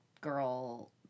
girl